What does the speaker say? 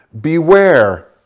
beware